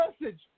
message